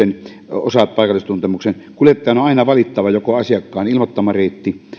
osaa paikallistuntemuksen kuljettajan on aina valittava joko asiakkaan ilmoittama reitti